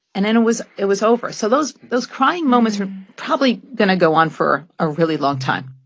and then it was it was over. so those those crying moments are probably going to go on for a really long time